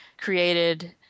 created